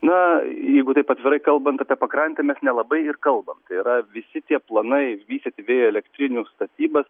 na jeigu taip atvirai kalbant apie pakrantę mes nelabai ir kalbam tai yra visi tie planai vystyti vėjo elektrinių statybas